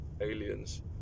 aliens